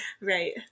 Right